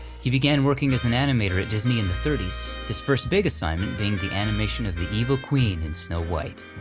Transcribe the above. he began working as an animator at disney in the thirty s, his first big assignment being the animation of the evil queen in snow white.